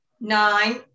Nine